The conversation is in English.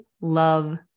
love